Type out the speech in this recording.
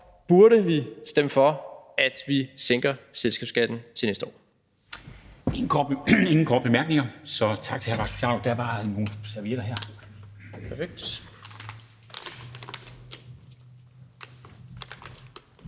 burde vi stemme for, at vi sænker selskabsskatten til næste år.